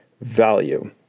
value